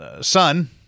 son